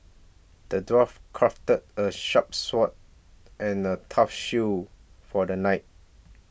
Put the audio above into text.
the dwarf crafted a sharp sword and a tough shield for the knight